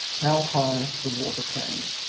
how high the water came.